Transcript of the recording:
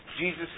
Jesus